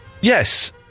yes